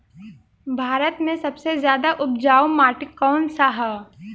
भारत मे सबसे ज्यादा उपजाऊ माटी कउन सा ह?